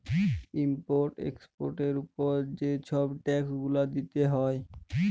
import এক্সপর্টের উপরে যে ছব ট্যাক্স গুলা দিতে হ্যয়